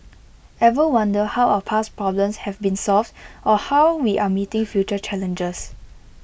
ever wonder how our past problems have been solved or how we are meeting future challenges